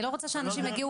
אני לא רוצה שאנשים יגיעו.